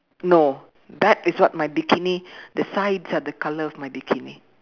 no that is what my bikini the sides of the color of my bikini